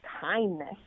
kindness